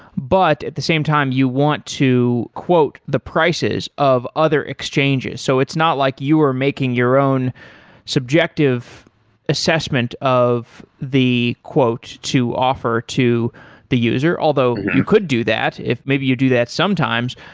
but at the same time you want to quote the prices of other exchanges. so it's not like you were making your own subjective assessment of the quote to offer to the user. although, you could do that, if maybe you do that sometimes.